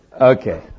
Okay